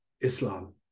Islam